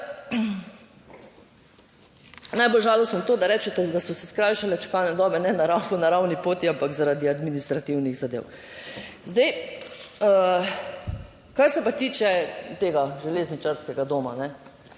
najbolj žalostno to, da rečete, da so se skrajšale čakalne dobe, ne na naravni poti, ampak zaradi administrativnih zadev. Zdaj, kar se pa tiče tega železničarskega doma